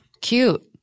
Cute